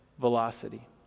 velocity